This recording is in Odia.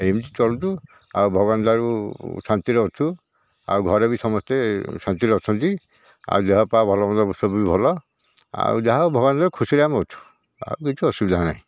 ଏମିତି ଚଳୁଛୁ ଆଉ ଭଗବାନ ଦୟାରୁ ଶାନ୍ତିରେ ଅଛୁ ଆଉ ଘରେ ବି ସମସ୍ତେ ଶାନ୍ତିରେ ଅଛନ୍ତି ଆଉ ଦେହପାହ ଭଲ ମନ୍ଦ ସବୁ ଭଲ ଆଉ ଯାହା ଭଗବାନଙ୍କ ଦୟାରୁ ଖୁସିରେ ଆମେ ଅଛୁ ଆଉ କିଛି ଅସୁବିଧା ନାହିଁ